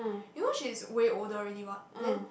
you know she's way older already what then